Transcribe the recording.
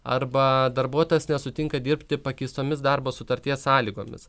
arba darbuotojas nesutinka dirbti pakeistomis darbo sutarties sąlygomis